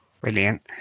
Brilliant